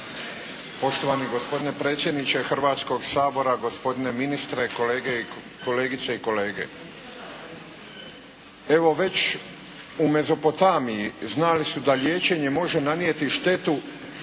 Poštovani gospodine predsjedniče Hrvatskog sabora, gospodine ministre, kolegice i kolege. Evo već u Mezopotamiji znali su da liječenje može nanijeti štetu